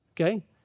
okay